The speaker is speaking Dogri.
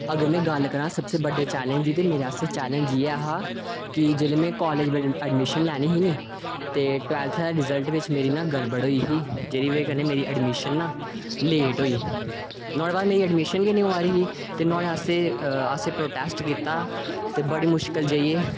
दिखी लैओ हुन अगर अस कल्चर दी गल्ल करचै तां जेह्की साढी प्रैक्टिस न ते अगर इंदै बारै दस्सेआ जाग ना एजुकेशन च अगर इम्पलिमैंट करगे एह् सारा कोई बी ऐक्टिविटियां न डोगरी कल्चर ऐ एह्दे बारै एजुकेशन दस्सेआ जागा ते बुक च छापेआ जाग